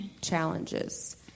challenges